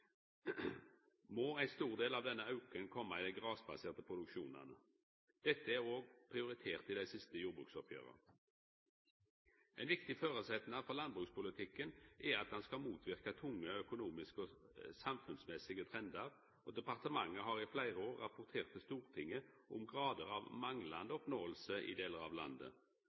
må ein stor del av denne auken koma i dei grasbaserte produksjonane. Dette er òg prioritert i dei siste jordbruksoppgjera. Ein viktig føresetnad for landbrukspolitikken er at han skal motverka tunge økonomiske og samfunnsmessige trendar, og departementet har i fleire år rapportert til Stortinget om grader av manglande oppnåing i delar av landet.